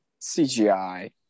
CGI